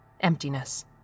emptiness